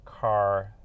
car